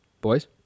Boys